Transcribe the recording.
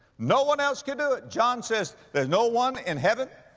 no one else could do it. john says there's no one in heaven,